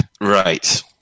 Right